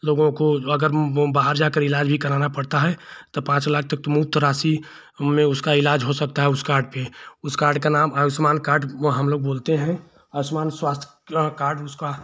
लोगों को अगर बाहर जाकर इलाज़ भी कराना पड़ता है तो पाँच लाख तक तो मुफ़्त राशि में उसका इलाज हो सकता है उस कार्ड पर उस कार्ड का नाम आयुष्मान कार्ड वह हमलोग बोलते हैं आयुष्मान स्वास्थ्य कार्ड उसका